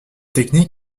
technique